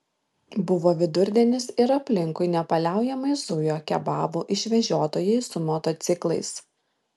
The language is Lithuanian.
buvo vidurdienis ir aplinkui nepaliaujamai zujo kebabų išvežiotojai su motociklais